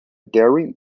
dairy